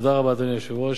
תודה רבה, אדוני היושב-ראש.